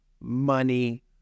money